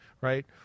right